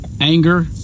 anger